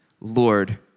Lord